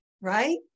right